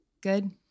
Good